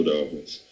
Dolphins